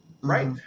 Right